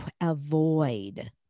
avoid